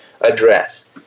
address